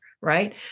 Right